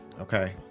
Okay